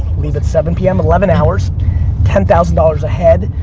leave and seven p m, eleven hours ten thousand dollars a head.